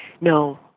no